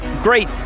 Great